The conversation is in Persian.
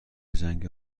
جنگ